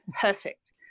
perfect